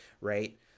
right